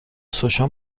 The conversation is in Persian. سوشا